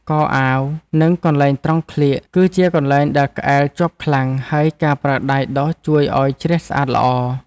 កអាវ និងកន្លែងត្រង់ក្លៀក គឺជាកន្លែងដែលក្អែលជាប់ខ្លាំង ហើយការប្រើដៃដុសជួយឱ្យជ្រះស្អាតល្អ។